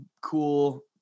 cool